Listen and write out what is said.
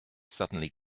suddenly